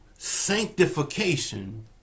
sanctification